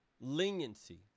leniency